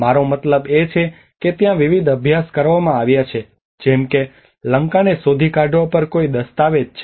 મારો મતલબ એ છે કે ત્યાં વિવિધ અભ્યાસ કરવામાં આવ્યા છે જેમ કે લંકાને શોધી કાઢવા પર કોઈ દસ્તાવેજ છે